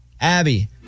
Abby